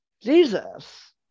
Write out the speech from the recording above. Jesus